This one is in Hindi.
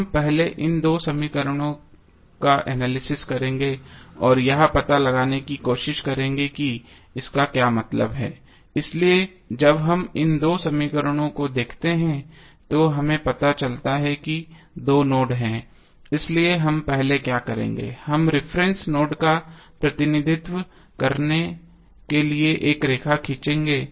हम पहले इन दो समीकरणों का एनालिसिस करेंगे और यह पता लगाने की कोशिश करेंगे कि इसका क्या मतलब है इसलिए जब हम इन दो समीकरणों को देखते हैं तो हमें पता चलता है कि दो नोड हैं इसलिए हम पहले क्या करेंगे हम रिफरेन्स नोड का प्रतिनिधित्व करने के लिए एक रेखा खींचेंगे